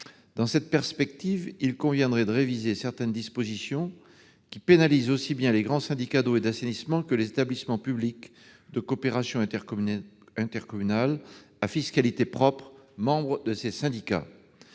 Dans cette perspective, il conviendrait de réviser certaines dispositions qui pénalisent aussi bien les grands syndicats d'eau et d'assainissement que les établissements publics de coopération intercommunale à fiscalité propre membres de ces syndicats.